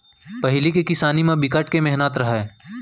पहिली के किसानी म बिकट के मेहनत रहय